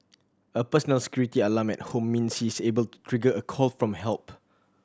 a personal security alarm at home means she is able to trigger a call for help